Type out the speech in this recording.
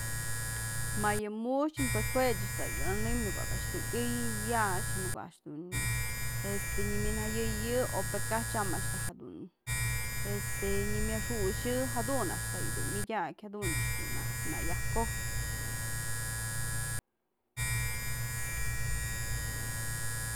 Ma yë mu'uxë pues jue ëch dun nënëm në ko'o bi'i a'ax dun yëy ya'ax, në ko'o a'ax dun este nëwi'in jayëyjë o pë kaj tyam a'ax dun este nyamëxu'xi jadun a'ax da yëdun mëdyakë, jadun ëch dun në yaj ko'ojyë.